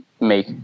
make